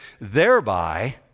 Thereby